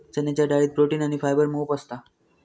चण्याच्या डाळीत प्रोटीन आणी फायबर मोप असता